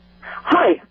Hi